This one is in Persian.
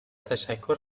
تشکر